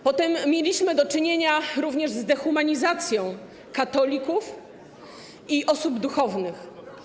Potem mieliśmy do czynienia również z dehumanizacją katolików i osób duchownych.